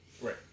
Right